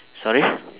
sorry